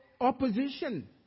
opposition